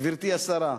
גברתי השרה?